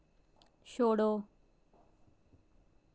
छोड़ो